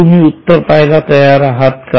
तुम्ही उत्तर पहायला तयार आहात का